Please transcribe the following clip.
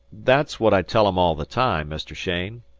that's what i tell em all the time, mr. cheyne.